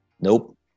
Nope